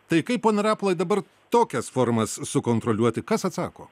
tai kaip pone rapolai dabar tokias formas sukontroliuoti kas atsako